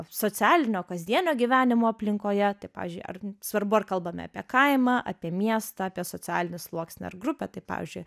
socialinio kasdienio gyvenimo aplinkoje tai pavyzdžiui ar svarbu ar kalbame apie kaimą apie miestą apie socialinį sluoksnį ar grupę tai pavyzdžiui